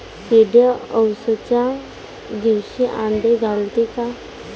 किडे अवसच्या दिवशी आंडे घालते का?